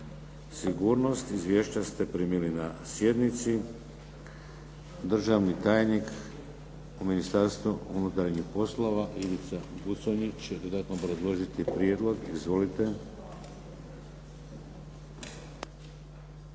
sigurnost. Izvješća ste primili na sjednici. Državni tajnik u Ministarstvu unutarnjih poslova Ivica Buconjić će dodatno obrazložiti prijedlog. Izvolite.